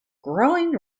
growing